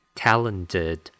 talented